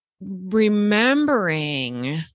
remembering